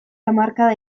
hamarkada